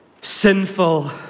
sinful